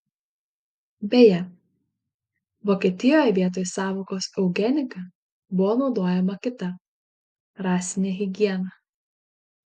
beje vokietijoje vietoj sąvokos eugenika buvo naudojama kita rasinė higiena